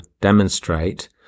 demonstrate